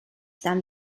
than